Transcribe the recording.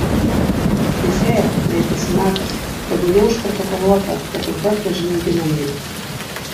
teisėja kreipėsi metas tebūnie užprotokoluota kad auka atpažino ginamąjį